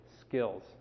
skills